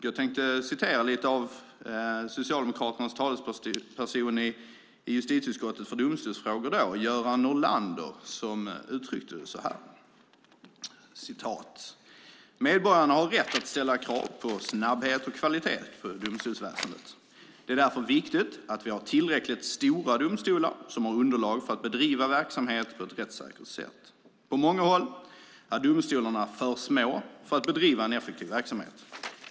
Jag tänkte citera lite av vad Socialdemokraternas dåvarande talesperson i justitieutskottet för domstolsfrågor, Göran Norlander, sade. Han uttryckte sig så här: "Medborgarna har rätt att ställa krav på snabbhet och kvalitet på domstolsväsendet. Det är därför viktigt att vi har tillräckligt stora domstolar som har underlag för att bedriva verksamhet på ett rättssäkert sätt. På många håll är domstolarna för små för att bedriva en effektiv verksamhet.